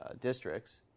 districts